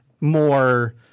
more